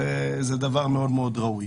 זה דבר מאוד מאוד ראוי.